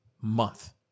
month